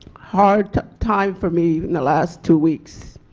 hard time for me in the last two weeks.